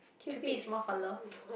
Cupid is more for love